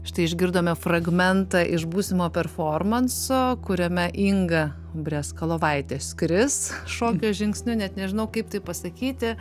štai išgirdome fragmentą iš būsimo performanso kuriame inga briazkalovaitė skris šokio žingsniu net nežinau kaip tai pasakyti